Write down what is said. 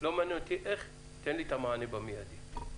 לא מעניין איך תעשה את זה, אבל